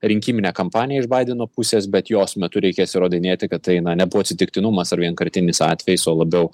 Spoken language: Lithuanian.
rinkiminę kampaniją iš baideno pusės bet jos metu reikės įrodinėti kad tai nebuvo atsitiktinumas ar vienkartinis atvejis o labiau